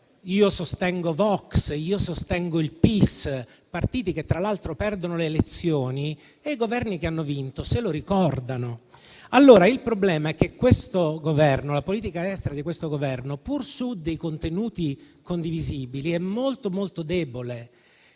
io sostengo Vox o il PIS, partiti che tra l'altro perdono le elezioni e i Governi che hanno vinto se lo ricordano. Allora il problema è che la politica estera del Governo, pur su contenuti condivisibili è molto debole.